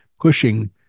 pushing